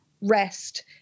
rest